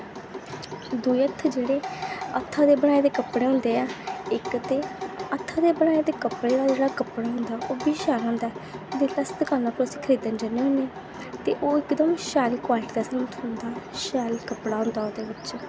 दुऐ हत्थ हत्थें दे बनाए दे कपडे होंदे न इक ते हत्थें दे बनाए दे कपड़े दा जेह्ड़ा कपडा होंदा ऐ ओह् शैल होंदा ऐ उसी अस दकाना पर खरीदने जन्ने होन्ने ओह् इक दम शैल क्वालिटी दा सानूं थ्होंदा सैल कपड़ा होंदा ओह्दे बिच्च